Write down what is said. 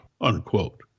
unquote